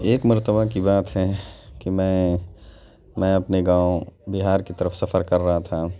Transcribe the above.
ایک مرتبہ کی بات ہے کہ میں میں اپنے گاؤں بہار کی طرف سفر کر رہا تھا